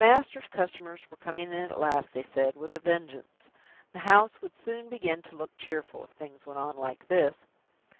the master's customers were coming in at last, they said, with a vengeance the house would soon begin to look cheerful, if things went on like this.